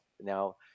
now